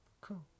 cool